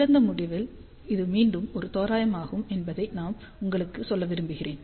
திறந்த முடிவில் இது மீண்டும் ஒரு தோராயமாகும் என்பதை நான் உங்களுக்கு சொல்ல விரும்புகிறேன்